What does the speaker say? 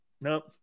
Nope